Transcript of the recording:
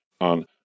on